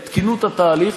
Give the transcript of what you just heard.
את תקינות התהליך,